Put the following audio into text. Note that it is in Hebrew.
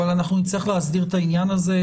אבל אנחנו נצטרך להסדיר את העניין הזה,